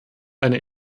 eine